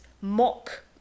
mock